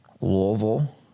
Louisville